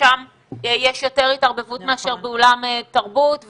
ששם יש יותר התערבבות מאשר באולם תרבות,